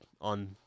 on